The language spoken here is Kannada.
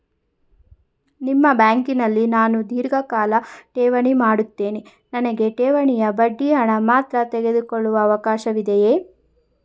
ನಿಮ್ಮ ಬ್ಯಾಂಕಿನಲ್ಲಿ ನಾನು ಧೀರ್ಘಕಾಲ ಠೇವಣಿ ಮಾಡಿರುತ್ತೇನೆ ನನಗೆ ಠೇವಣಿಯ ಬಡ್ಡಿ ಹಣ ಮಾತ್ರ ತೆಗೆದುಕೊಳ್ಳುವ ಅವಕಾಶವಿದೆಯೇ?